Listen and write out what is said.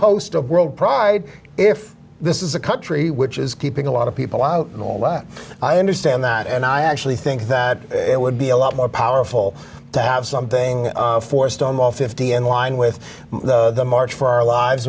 host of world pride if this is a country which is keeping a lot of people out in all that i understand that and i actually think that it would be a lot more powerful to have something for stonewall fifty in line with the march for our lives